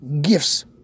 gifts